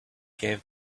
gave